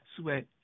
Sweat